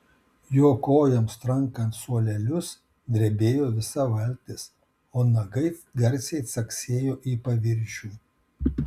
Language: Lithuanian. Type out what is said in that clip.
jo kojoms trankant suolelius drebėjo visa valtis o nagai garsiai caksėjo į paviršių